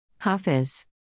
Hafiz